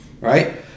right